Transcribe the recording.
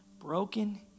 broken